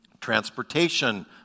Transportation